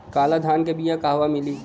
काला धान क बिया कहवा मिली?